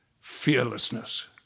Fearlessness